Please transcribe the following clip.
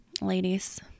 ladies